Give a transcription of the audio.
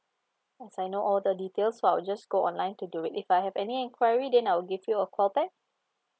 as I know all the details so I'll just go online to do it if I have any enquiry then I'll give you a callback